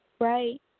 Right